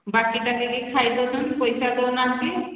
ବାକିଟା ନେଇକି ଖାଇ ଦେଉଛନ୍ତି ପଇସା ଦେଉନାହାନ୍ତି